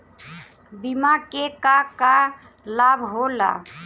बिमा के का का लाभ होला?